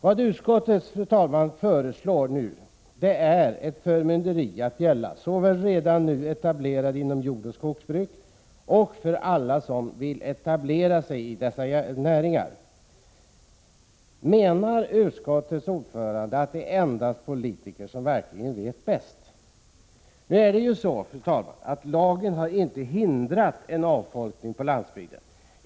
Vad utskottet föreslår, fru talman, är ett förmynderi, att gälla såväl redan nu etablerade inom jordoch skogsbruk som alla dem som vill etablera sig i dessa näringar. Menar utskottets ordförande att det endast är politiker som vet bäst? Lagen har inte, fru talman, hindrat en avfolkning på landbygden.